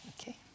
Okay